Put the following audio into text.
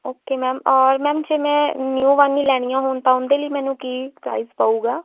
okay ma'am ਔਰ ma'am ਜੇ ਮੈਂ ਨਿਊ ਵਨ ਹੀ ਲੈਣੀਆ ਹੋਣ ਤਾਂ ਉਹਦੇ ਲਈ ਮੈਨੂੰ ਕੀ ਪ੍ਰਾਈਜ਼ ਪਊਗਾ